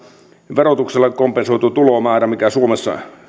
verotuksella kompensoitu tulomäärä minkä suomessa